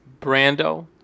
Brando